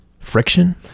friction